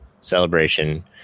Celebration